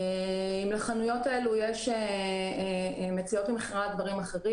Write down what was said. אם לחנויות האלה יש דברים אחרים,